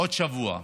עוד שבוע.